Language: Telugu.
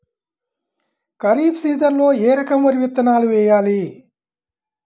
ఖరీఫ్ సీజన్లో ఏ రకం వరి విత్తనాలు వేయాలి?